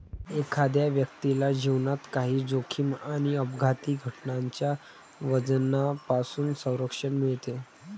एखाद्या व्यक्तीला जीवनात काही जोखीम आणि अपघाती घटनांच्या वजनापासून संरक्षण मिळते